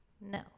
no